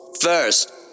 First